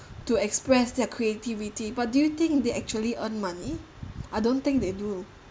to express their creativity but do you think they actually earn money I don't think they do